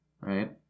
Right